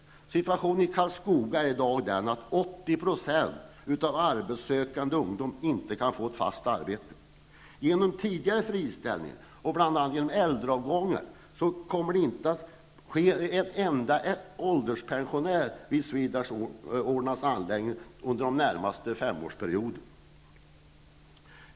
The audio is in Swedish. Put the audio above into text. I Karlskoga är situationen i dag att 80 % av den arbetssökande ungdomen inte kan få fast arbete. På grund av tidigare friställningar och på grund av bl.a. äldreavgångar kommer inte en enda anställd vid Swedish Ordnances anläggningar att gå i pension som ålderspensionär under den närmaste femårsperioden.